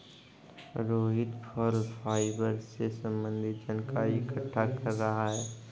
रोहित फल फाइबर से संबन्धित जानकारी इकट्ठा कर रहा है